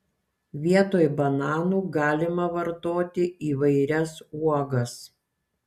vietoj bananų galima vartoti įvairias uogas